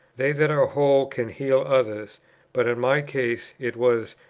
they that are whole can heal others but in my case it was,